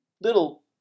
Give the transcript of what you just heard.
little